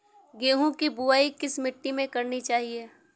गेहूँ की बुवाई किस मिट्टी में करनी चाहिए?